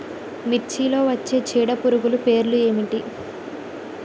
మిర్చిలో వచ్చే చీడపురుగులు పేర్లు ఏమిటి?